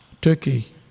Turkey